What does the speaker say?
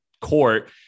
court